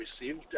received